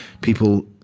people